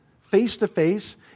face-to-face